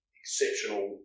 exceptional